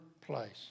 place